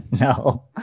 No